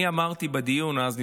אני אמרתי בדיון אז,